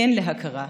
כן להכרה,